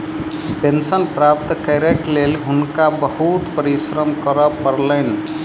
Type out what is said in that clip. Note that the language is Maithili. पेंशन प्राप्त करैक लेल हुनका बहुत परिश्रम करय पड़लैन